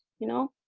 you know?